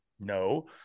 No